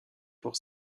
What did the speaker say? pour